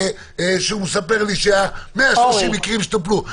שמספר לי ש-130 מקרים טופלו.